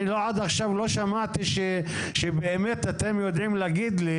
עד עכשיו לא שמעתי שאתם באמת יודעים להגיד לי